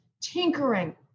tinkering